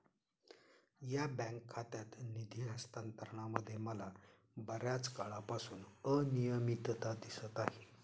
या बँक खात्यात निधी हस्तांतरणामध्ये मला बर्याच काळापासून अनियमितता दिसत आहे